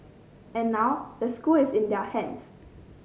and now the school is in their hands